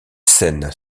scènes